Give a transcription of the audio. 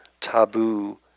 taboo